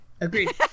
Agreed